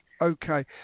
Okay